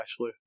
Ashley